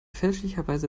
fälschlicherweise